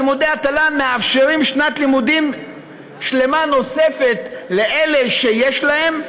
לימודי התל"ן מאפשרים שנת לימודים שלמה נוספת לאלה שיש להם,